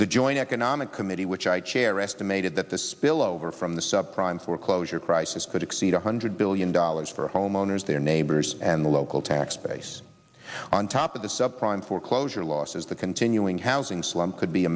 the joint economic committee which i chair estimated that the spillover from the subprime foreclosure crisis could exceed one hundred billion dollars for homeowners their neighbors and the local tax base on top of the subprime foreclosure losses the continuing housing slump could be a